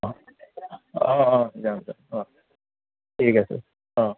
অঁ অঁ অঁ যাম যাম অঁ ঠিক আছে অঁ